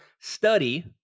study